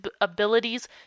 abilities